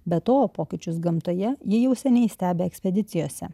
be to pokyčius gamtoje ji jau seniai stebi ekspedicijose